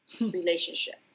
relationship